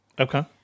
Okay